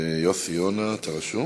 יוסי יונה, אתה רשום?